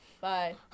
Bye